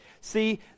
See